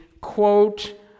quote